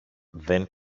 δεν